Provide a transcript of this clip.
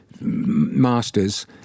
masters